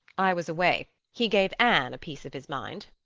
i was away. he gave anne a piece of his mind.